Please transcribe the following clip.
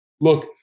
look